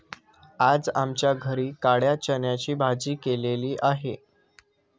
आज आमच्या घरी काळ्या चण्याची भाजी केलेली आहे